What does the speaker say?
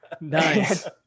nice